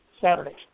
Saturday